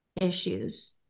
issues